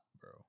bro